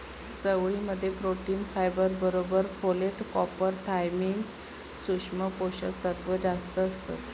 चवळी मध्ये protein, fibre बरोबर फोलेट, कॉपर, थायमिन, सुक्ष्म पोषक तत्त्व जास्तं असतत